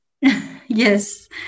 Yes